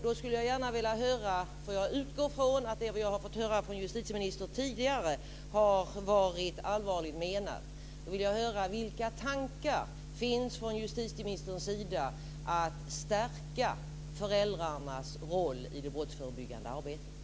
Då skulle jag gärna vilja höra - jag utgår från att det vi har fått höra från justitieministern tidigare har varit allvarligt menat - vilka tankar som finns från justitieministerns sida när det gäller att stärka föräldrarnas roll i det brottsförebyggande arbetet.